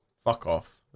fuck off.